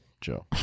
Joe